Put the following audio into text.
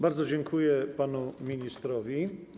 Bardzo dziękuję panu ministrowi.